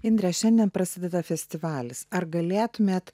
indre šiandien prasideda festivalis ar galėtumėte